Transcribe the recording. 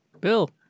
Bill